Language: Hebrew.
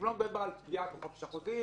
דיבר על התמריץ הזה בפסיקות שלו.